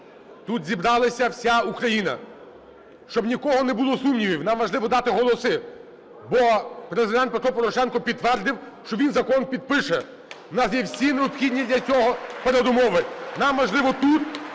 Тут зібралася вся Україна. Щоб ні в кого не було сумнівів, нам важливо дати голоси, бо Президент Петро Порошенко підтвердив, що він закон підпише. У нас є всі необхідні для цього передумови. Нам важливо тут